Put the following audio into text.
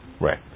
Right